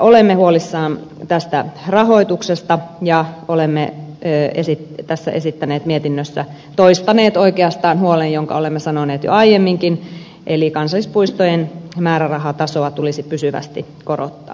olemme huolissamme tästä rahoituksesta ja olemme esittäneet tässä mietinnössä toistaneet oikeastaan huolen jonka olemme sanoneet jo aiemminkin että kansallispuistojen määrärahatasoa tulisi pysyvästi korottaa